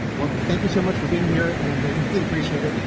well, thank you so much for being here. and i really appreciate it.